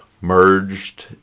merged